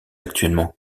actuellement